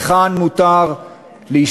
היכן מותר להסתובב,